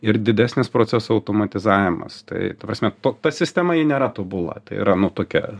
ir didesnis procesų automatizavimas tai ta prasme to ta sistema ji nėra tobula tai yra nu tokia